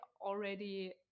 already